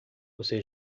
você